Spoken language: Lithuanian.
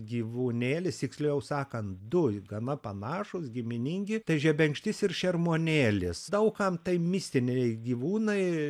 gyvūnėlis siksliau sakant du gana panašūs giminingi tai žebenkštis ir šermuonėlis daug kam tai mistiniai gyvūnai